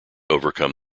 overcome